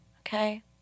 Okay